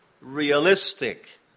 realistic